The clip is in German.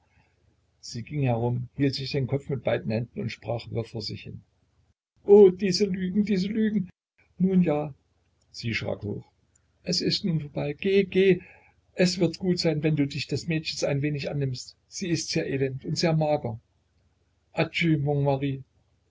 sie ging herum hielt sich den kopf mit beiden händen und sprach wirr vor sich hin o diese lügen diese lügen nun ja sie schrak hoch es ist nun vorbei geh geh es wird gut sein wenn du dich des mädchens ein wenig annimmst sie ist sehr elend und sehr mager adieu